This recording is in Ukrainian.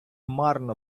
марно